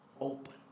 open